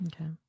Okay